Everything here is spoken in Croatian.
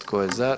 Tko je za?